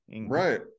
Right